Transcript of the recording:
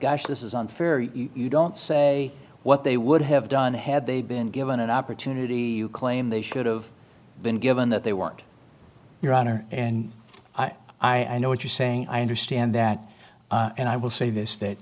gosh this is unfair you don't say what they would have done had they been given an opportunity you claim they should've been given that they weren't your honor and i know what you're saying i understand that and i will say this that